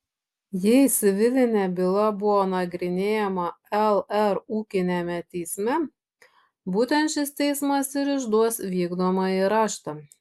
jei civilinė byla buvo nagrinėjama lr ūkiniame teisme būtent šis teismas ir išduos vykdomąjį raštą